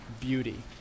beauty